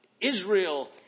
Israel